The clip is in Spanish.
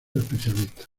especialistas